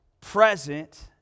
present